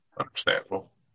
Understandable